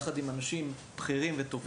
כבר 20 שנה, יחד עם אנשים בכירים וטובים,